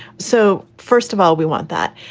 so, first of all, we want that.